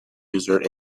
user